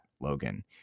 Logan